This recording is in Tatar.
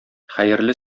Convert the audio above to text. хәерле